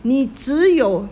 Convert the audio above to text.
你只有